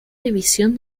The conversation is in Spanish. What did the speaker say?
división